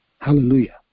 Hallelujah